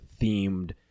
themed